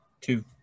two